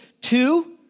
two